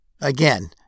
Again